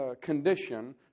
condition